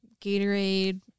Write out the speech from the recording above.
Gatorade